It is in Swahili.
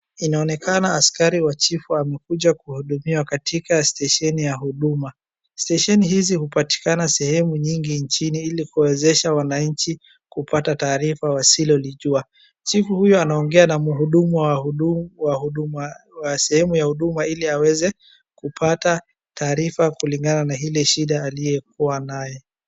Inaonekana askari wa chifu amekuja kuhudumiwa katika stesheni ya huduma. Stesheni hizi hupatikana sehemu nyingi nchini ili kuwezesha wananchi kupata taarifa wasilolijua. Chifu huyo anaongea na mhudumu wa hudumu .wahuduma wa sehemu ya huduma ili aweze kupata taarifa kulingana na hili shida aliyekuwa nayo.